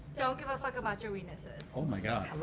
don't give a fuck about your weaknesses. oh, my god.